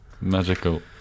Magical